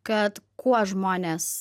kad kuo žmonės